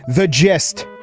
the gist.